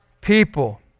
people